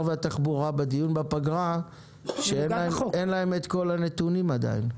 והתחבורה שעדיין אין להם את כל הנתונים.